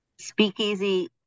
speakeasy